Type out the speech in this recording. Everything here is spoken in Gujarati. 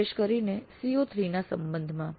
વિશેષ કરીને કો૩ ના સંબંધમાં